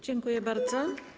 Dziękuję bardzo.